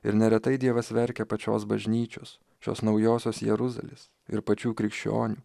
ir neretai dievas verkia pačios bažnyčios šios naujosios jeruzalės ir pačių krikščionių